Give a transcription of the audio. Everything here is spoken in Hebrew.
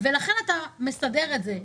ולכן אתה מסדר את זה.